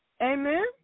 Amen